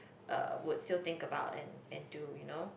uh would still think about and and do you know